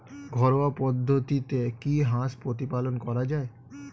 ঘরোয়া পদ্ধতিতে কি হাঁস প্রতিপালন করা যায়?